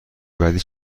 بعدی